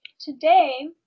today